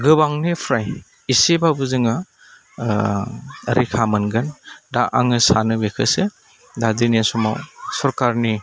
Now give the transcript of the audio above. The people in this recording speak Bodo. गोबांनिफ्राय इसेबाबो जोङो रैखा मोनगोन दा आङो सानो बेखौसो दा दिनै समाव सरकारनि